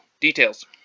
details